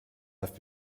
have